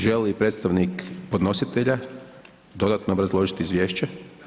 Želi li predstavnik podnositelja dodatno obrazložiti Izvješće?